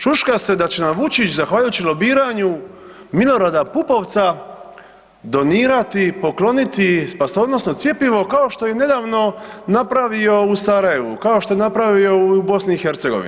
Šuška se da će nam Vučić zahvaljujući lobiranju Milorada Pupovca donirati, pokloniti spasonosno cjepivo kao što je nedavno napravio u Sarajevu, kao što je napravio u BiH.